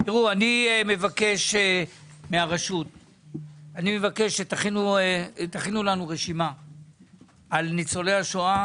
אני מבקש מהרשות שתכינו לנו רשימה על ניצולי השואה